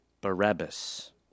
Barabbas